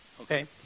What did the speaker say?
okay